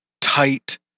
tight